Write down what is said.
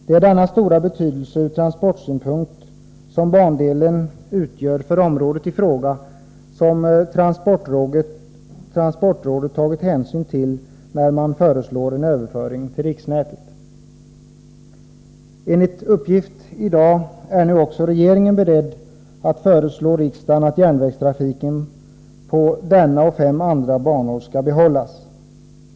Det är den stora betydelsen ur transportsynpunkt som bandelen har för området i fråga som transportrådet tagit hänsyn till när man föreslagit en överföring till riksnätet. Enligt uppgift i dag är nu också regeringen beredd att föreslå riksdagen att järnvägstrafiken på denna bana och fem andra banor skall behållas.